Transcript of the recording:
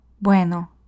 Bueno